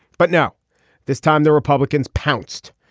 but now this time the republicans pounced.